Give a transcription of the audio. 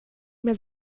mehr